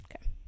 Okay